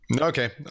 Okay